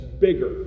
bigger